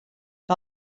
que